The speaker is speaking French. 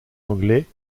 anglais